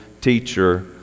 teacher